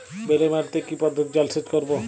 বেলে মাটিতে কি পদ্ধতিতে জলসেচ করব?